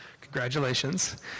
Congratulations